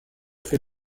fait